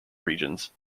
regions